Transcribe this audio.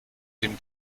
dem